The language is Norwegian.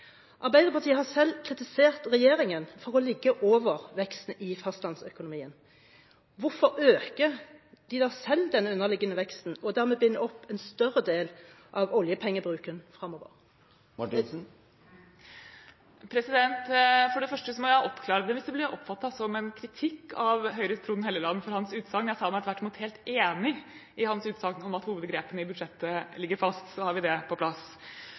Arbeiderpartiet har selv kritisert regjeringen for å ligge over veksten i fastlandsøkonomien. Hvorfor øker de da selv den underliggende veksten og dermed binder opp en større del av oljepengebruken fremover? For det første må jeg komme med en oppklaring hvis det blir oppfattet som en kritikk av Høyres Trond Helleland for hans utsagn. Jeg sa meg tvert imot helt enig i hans utsagn om at hovedgrepene i budsjettet ligger fast. Så har vi det på plass.